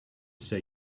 say